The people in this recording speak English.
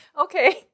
Okay